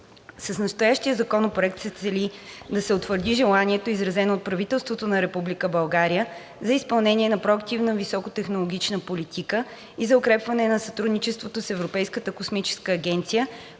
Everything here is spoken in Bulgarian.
С настоящия законопроект се цели да се утвърди желанието, изразено от правителството на Република България, за изпълнение на проактивна високотехнологична политика и за укрепване на сътрудничеството с Европейската космическа агенция